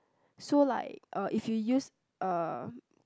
so like uh if you use uh